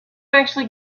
actually